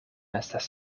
estas